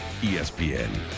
ESPN